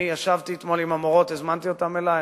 ישבתי אתמול עם המורות, הזמנתי אותן אלי.